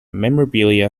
memorabilia